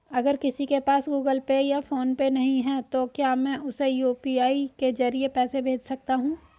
अगर किसी के पास गूगल पे या फोनपे नहीं है तो क्या मैं उसे यू.पी.आई के ज़रिए पैसे भेज सकता हूं?